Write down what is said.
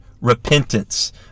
repentance